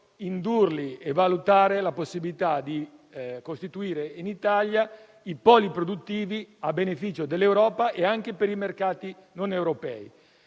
indurle a valutare la possibilità di costituire in Italia dei poli produttivi, a beneficio dell'Europa e anche per i mercati non europei.